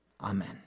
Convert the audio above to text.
Amen